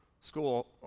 school